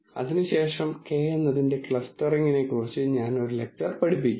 അതിനുശേഷം k എന്നതിന്റെ ക്ലസ്റ്ററിംഗിനെക്കുറിച്ച് ഞാൻ ഒരു ലെക്ച്ചർ പഠിപ്പിക്കും